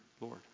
Lord